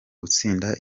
gutsinda